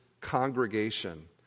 congregation